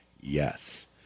Yes